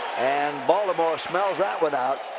and baltimore smells that one out.